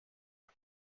las